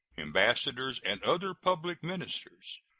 ambassadors and other public ministers,